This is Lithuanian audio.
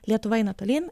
lietuva eina tolyn